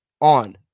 on